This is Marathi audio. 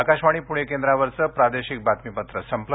आकाशवाणी पुणे केंद्रावरचं प्रादेशिक बातमीपत्र संपलं